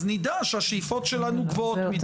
אז נדע שהשאיפות שלנו גבוהות מידי.